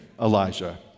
Elijah